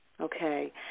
okay